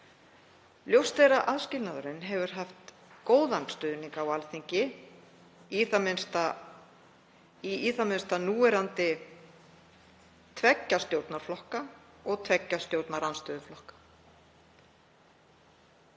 Ljóst er að aðskilnaðurinn hefur haft góðan stuðning á Alþingi, í það minnsta núverandi tveggja stjórnarflokka og tveggja stjórnarandstöðuflokka.